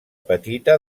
petita